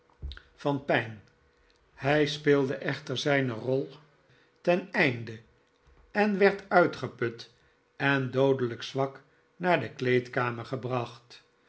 van pijn hij speelde echter zijne rol ten eindo en werd uiigeput en doodelijk zwak naar de kleedkamer gebracht